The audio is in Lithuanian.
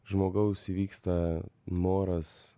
žmogaus vyksta noras